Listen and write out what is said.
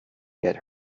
get